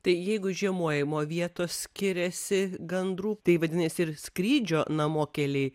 tai jeigu žiemojimo vietos skiriasi gandrų tai vadinasi ir skrydžio namo keliai